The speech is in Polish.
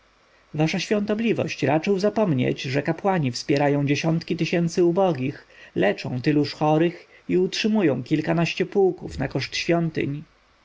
wasza świątobliwość raczył zapomnieć że kapłani wspierają dziesiątki tysięcy ubogich leczą tyluż chorych i utrzymują kilkanaście pułków na koszt świątyń